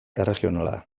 erregionala